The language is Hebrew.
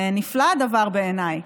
נפלא הדבר בעיניי,